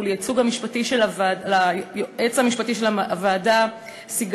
הכנסות מינהל מקרקעי ישראל שהועברו לאוצר